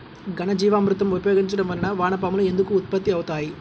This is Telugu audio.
ఘనజీవామృతం ఉపయోగించటం వలన వాన పాములు ఎందుకు ఉత్పత్తి అవుతాయి?